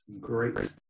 great